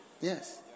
Yes